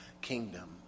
kingdom